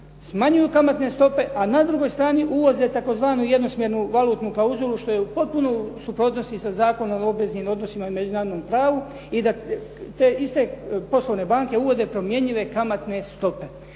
smanjuju kamatne stope a na drugoj strani ulaze u tzv. jednosmjernu valutnu klauzulu što je u potpunosti u suprotnosti sa Zakonom o obveznim odnosima i međunarodnom pravu i da te iste poslovne banke uvode promjenjive kamatne stope.